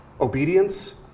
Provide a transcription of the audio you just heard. obedience